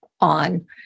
on